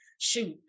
shoot